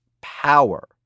power